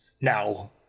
Now